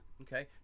okay